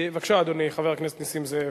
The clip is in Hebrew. בבקשה, אדוני חבר הכנסת נסים זאב.